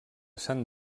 sant